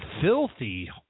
filthy